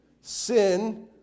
Sin